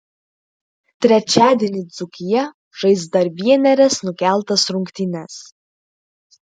trečiadienį dzūkija žais dar vienerias nukeltas rungtynes